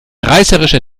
reißerischer